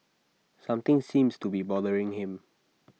something seems to be bothering him